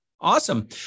Awesome